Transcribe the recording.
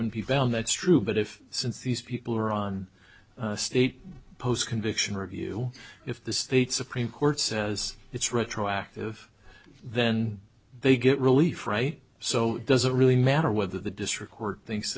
people found that's true but if since these people are on a state post conviction review if the state supreme court says it's retroactive then they get relief right so does it really matter whether the district court thinks